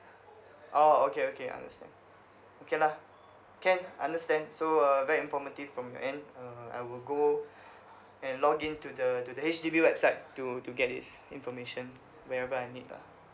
orh okay okay understand okay lah can understand so uh very informative from your end uh I will go and login to the to the H_D_B website to to get this information whenever I need lah